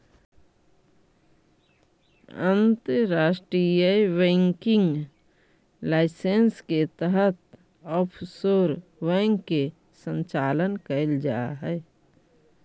अंतर्राष्ट्रीय banking licence के तहत ऑफशोर बैंक के संचालन कैल जा हइ